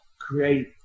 create